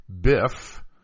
Biff